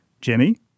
Jimmy